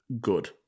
good